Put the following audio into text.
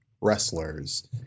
wrestlers